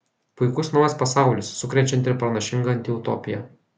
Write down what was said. puikus naujas pasaulis sukrečianti ir pranašinga antiutopija